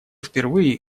впервые